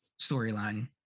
storyline